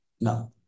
No